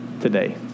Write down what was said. today